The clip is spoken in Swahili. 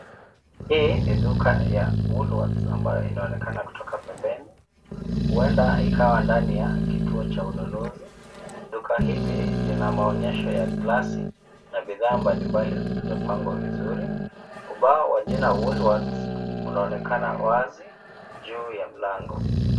Hii ni duka ya cs[Woolworths]cs ambayo inaonekana kutoka pembeni. Huenda ikawa ndani ya kituo cha ununuzi. Duka hili lina maonyesho ya glasi na bidhaa mbalimbali zilizopangwa vizuri. Ubao wa jina Woolworths unaonekana wazi juu ya mlango.